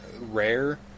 rare